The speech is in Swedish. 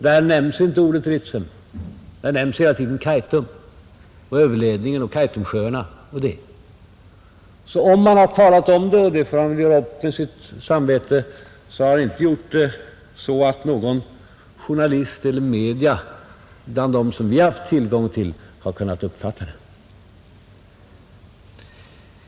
Där nämns inte Ritsem, där nämns hela tiden Kaitum — överledningen och Kaitumsjöarna och sådant. Om han talat om det — och det får han väl göra upp med sitt samvete — har han inte gjort det så att någon journalist eller något av de media som vi har haft tillgång till kunnat uppfatta det.